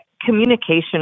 communication